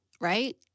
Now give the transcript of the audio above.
right